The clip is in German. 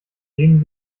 gehen